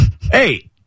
Hey